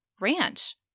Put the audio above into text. Ranch